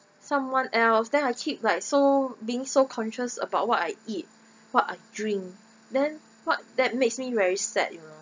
someone else then I keep like so being so conscious about what I eat what I drink then what that makes me very sad you know